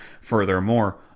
Furthermore